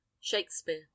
shakespeare